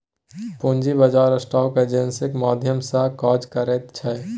पूंजी बाजार स्टॉक एक्सेन्जक माध्यम सँ काज करैत छै